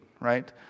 right